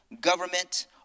government